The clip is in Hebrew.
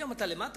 היום אתה למטה,